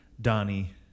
Donnie